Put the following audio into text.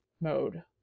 mode